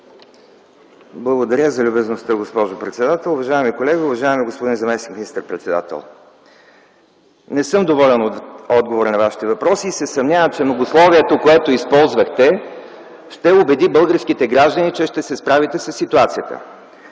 Благодаря за любезността, госпожо председател. Уважаеми колеги, уважаеми господин заместник министър-председател! Не съм доволен от отговора на моите въпроси и се съмнявам, че многословието, което използвахте ще убеди българските граждани, че ще се справите със ситуацията.